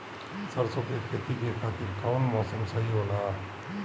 सरसो के खेती के खातिर कवन मौसम सही होला?